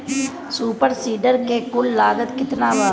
Super seeder के कुल लागत केतना बा?